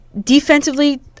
Defensively